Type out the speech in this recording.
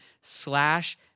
slash